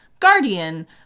guardian